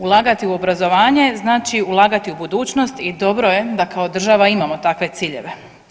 Ulagati u obrazovanje znači ulagati u budućnost i dobro je da kao država imamo takve ciljeve.